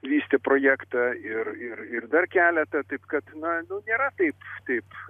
vystė projektą ir ir ir dar keletą taip kad na nu nėra taip taip